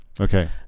Okay